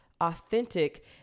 authentic